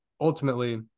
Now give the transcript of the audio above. ultimately –